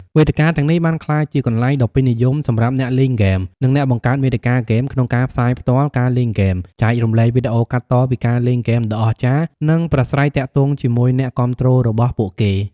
វេទិកាទាំងនេះបានក្លាយជាកន្លែងដ៏ពេញនិយមសម្រាប់អ្នកលេងហ្គេម និងអ្នកបង្កើតមាតិកាហ្គេម ក្នុងការផ្សាយផ្ទាល់ ការលេងហ្គេម ចែករំលែកវីដេអូកាត់តពីការលេងហ្គេមដ៏អស្ចារ្យ និងប្រាស្រ័យទាក់ទងជាមួយអ្នកគាំទ្ររបស់ពួកគេ។